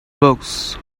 books